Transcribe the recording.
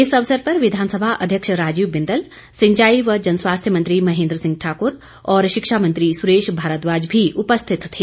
इस अवसर पर विधानसभा अध्यक्ष राजीव बिंदल सिंचाई व जनस्वास्थ्य मंत्री महेंद्र सिंह ठाकुर और शिक्षा मंत्री सुरेश भारद्वाज भी उपस्थित थे